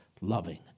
loving